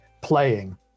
playing